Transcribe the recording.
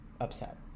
upset